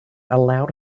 allowed